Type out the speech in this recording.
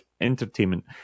entertainment